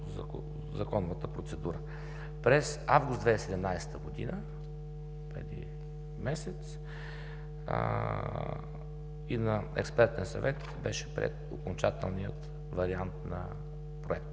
месец август 2017 г., преди месец, на Експертен съвет беше приет окончателният вариант на Проекта.